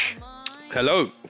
Hello